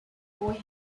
boy